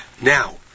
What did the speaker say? Now